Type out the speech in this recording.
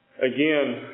Again